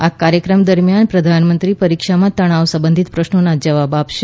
આ કાર્યક્રમ દરમિયાન પ્રધાનમંત્રી પરીક્ષામાં તણાવ સંબંધિત પ્રશ્નોના જવાબ આપશે